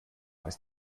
ist